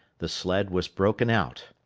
the sled was broken out.